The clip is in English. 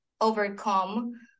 overcome